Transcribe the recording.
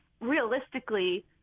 realistically